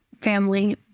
family